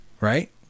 Right